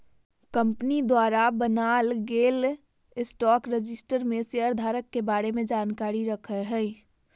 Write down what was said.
company द्वारा बनाल गेल स्टॉक रजिस्टर में शेयर धारक के बारे में जानकारी रखय हइ